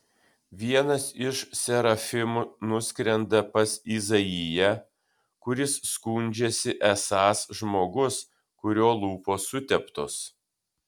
vienas iš serafimų nuskrenda pas izaiją kuris skundžiasi esąs žmogus kurio lūpos suteptos